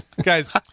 Guys